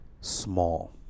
small